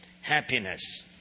Happiness